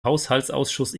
haushaltsausschuss